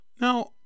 Now